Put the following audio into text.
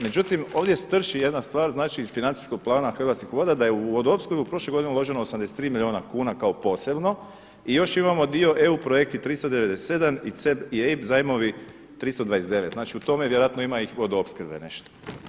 Međutim ovdje strši jedna stvar iz financijskog plana Hrvatskih voda da je u vodoopskrbu prošle godine uloženo 83 milijuna kuna kao posebno i još imamo dio eu projekti 397 i CEB i EIB zajmovi 329, znači u tome je vjerojatno ima i vodoopskrbe nešto.